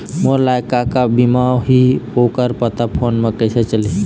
मोर लायक का का बीमा ही ओ कर पता फ़ोन म कइसे चलही?